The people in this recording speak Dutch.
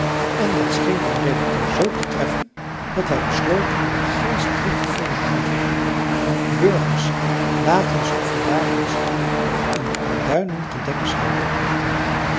en dat scheen den redacteur zoo te treffen dat hij besloot met den geestdriftvollen uitroep burgers laat ons op van daveren's graf een arduinen gedenkzuil oprichten